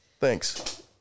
Thanks